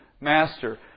Master